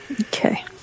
Okay